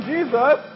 Jesus